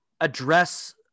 address